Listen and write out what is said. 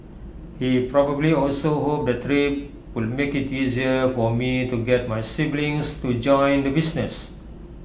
he probably also hoped the trip would make IT easier for me to get my siblings to join the business